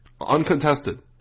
Uncontested